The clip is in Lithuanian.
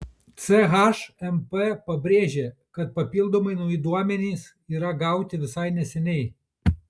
chmp pabrėžė kad papildomai nauji duomenys yra gauti visai neseniai